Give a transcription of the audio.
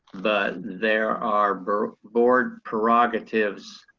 but there are are board prerogatives